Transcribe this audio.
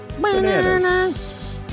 Bananas